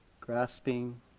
grasping